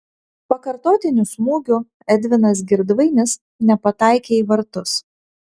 pakartotiniu smūgiu edvinas girdvainis nepataikė į vartus